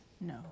no